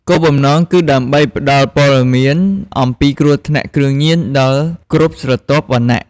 គោលបំណងគឺដើម្បីផ្ដល់ព័ត៌មាន អំពីគ្រោះថ្នាក់គ្រឿងញៀនដល់គ្រប់ស្រទាប់វណ្ណៈ។